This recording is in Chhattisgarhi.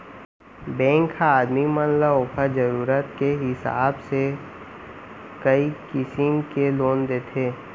बेंक ह आदमी मन ल ओकर जरूरत के हिसाब से कई किसिम के लोन देथे